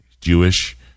Jewish